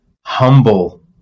humble